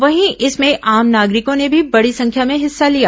वहीं इसमें आम नागरिकों ने भी बड़ी संख्या में हिस्सा लिया